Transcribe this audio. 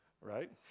Right